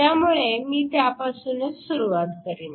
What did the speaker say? त्यामुळे मी त्यापासूनच सुरुवात करेन